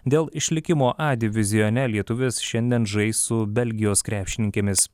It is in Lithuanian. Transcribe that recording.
dėl išlikimo a divizione lietuvės šiandien žais su belgijos krepšininkėmis